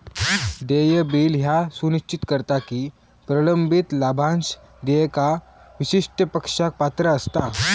देय बिल ह्या सुनिश्चित करता की प्रलंबित लाभांश देयका विशिष्ट पक्षास पात्र असता